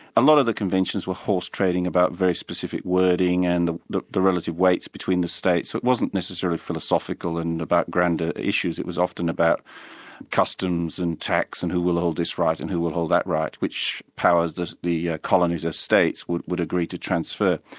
a lot of the conventions were horse-trading about very specific wording and the the relative weights between the states. it wasn't necessarily philosophical and about grander issues, it was often about customs and tax and who will hold this right, and who will hold that right, which powers, the yeah colonies or states, would would agree to transfer.